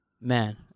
man